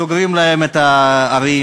סוגרים להם את הערים,